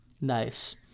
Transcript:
Nice